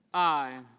i.